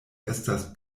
estas